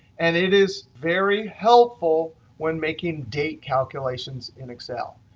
and it is very helpful when making date calculations in excel.